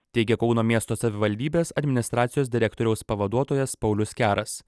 teigė kauno miesto savivaldybės administracijos direktoriaus pavaduotojas paulius keras